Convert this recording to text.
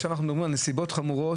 עכשיו אנחנו מדברים על נסיבות חמורות,